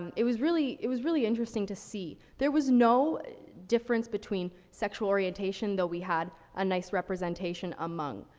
it was really, it was really interesting to see. there was no difference between sexual orientation, though we had a nice representation among,